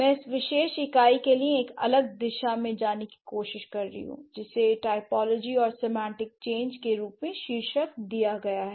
मैं इस विशेष इकाई के लिए एक अलग दिशा में जाने की कोशिश कर रही हूं जिसे टाइपोलॉजी और सेमांटिक चेंज के रूप में शीर्षक दिया गया है